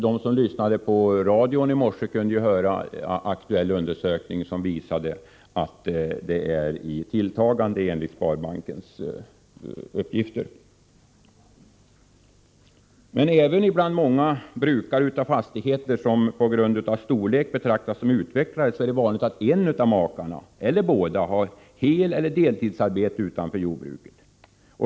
De som lyssnade på radio i morse kunde höra en redogörelse för en aktuell undersökning som visade att den andel som har inkomster utanför jordbruket är i tilltagande, enligt uppgifter från sparbankshåll. Även bland många brukare av fastigheter som på grund av sin storlek betraktas som utvecklade är det vanligt att en av makarna, eller båda, har heleller deltidsarbete utanför jordbruket.